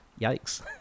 yikes